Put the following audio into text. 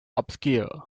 obscure